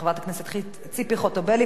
חברת הכנסת ציפי חוטובלי.